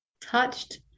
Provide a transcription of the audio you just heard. touched